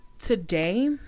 today